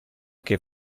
che